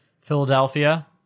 Philadelphia